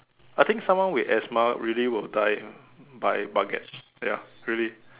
I think someone with asthma really will die by baguettes ya really